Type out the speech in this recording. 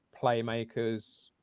playmakers